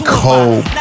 cold